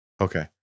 Okay